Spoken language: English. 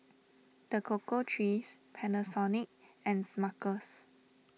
the Cocoa Trees Panasonic and Smuckers